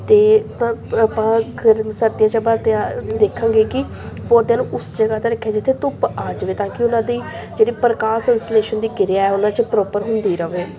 ਅਤੇ ਸਰਦੀਆਂ 'ਚ ਆਪਾਂ ਤਿਆਰ ਦੇਖਾਂਗੇ ਕਿ ਪੌਦਿਆ ਨੂੰ ਉਸ ਜਗ੍ਹਾ 'ਤੇ ਰੱਖਿਆ ਜਿੱਥੇ ਧੁੱਪ ਆ ਜਾਵੇ ਤਾਂ ਕਿ ਉਹਨਾਂ ਦੀ ਜਿਹੜੀ ਪ੍ਰਕਾਸ਼ ਸੰਸਲੇਸ਼ਨ ਦੀ ਕਿਰਿਆ ਉਹਨਾਂ 'ਚ ਪ੍ਰੋਪਰ ਹੁੰਦੀ ਰਹੇ